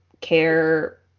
care